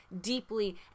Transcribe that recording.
deeply